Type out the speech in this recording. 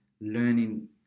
learning